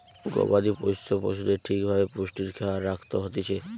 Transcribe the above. গবাদি পোষ্য পশুদের ঠিক ভাবে পুষ্টির খেয়াল রাখত হতিছে